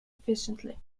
efficiently